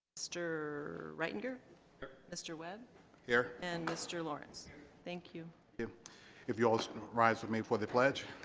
mr. reitinger here mr. webb here and mr. lawrence thank you you if you all rise with me for the pledge i